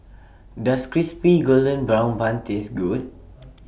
Does Crispy Golden Brown Bun Taste Good